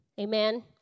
Amen